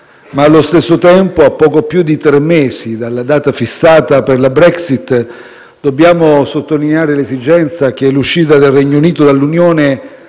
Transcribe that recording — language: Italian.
ma nello stesso tempo, a poco più di tre mesi dalla data fissata per la Brexit, dobbiamo sottolineare l'esigenza che l'uscita del Regno Unito dall'Unione